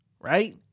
right